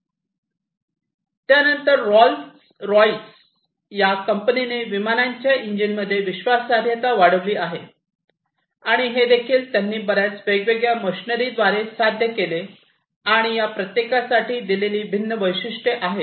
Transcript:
त्यानंतर Rolls Royce या कंपनीने विमानाच्या इंजिनमध्ये विश्वासार्हता वाढविली आणि हे देखील त्यांनी बर्याच वेगवेगळ्या मशनरीद्वारे साध्य केले आणि या प्रत्येकासाठी दिलेली ही भिन्न वैशिष्ट्ये आहेत